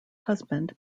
husband